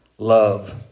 Love